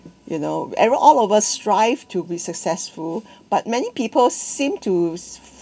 you know every all of us strive to be successful but many people seem to